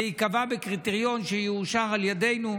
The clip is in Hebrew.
זה ייקבע בקריטריון שיאושר על ידינו,